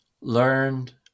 learned